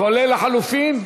כולל לחלופין?